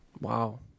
Wow